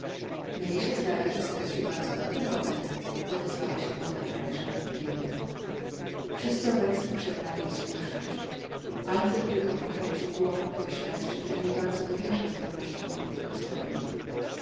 mnie się zdaje że stracił bardzo dobry obiad odezwała się młoda pani żartobliwie wszyscy obecni przyznali jej słuszność alfred tylko pokręcił głową i oświadczył że niebardzo dowierza zdolnościom młodych gospodyń